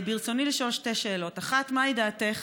ברצוני לשאול שתי שאלות: האחת, מהי דעתך?